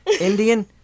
Indian